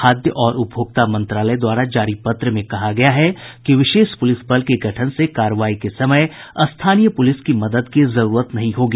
खाद्य और उपभोक्ता मंत्रालय द्वारा जारी पत्र में कहा गया है कि विशेष पुलिस बल के गठन से कार्रवाई के समय स्थानीय पुलिस की मदद की जरूरत नहीं होगी